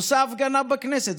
עושה הפגנה בכנסת.